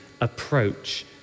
approach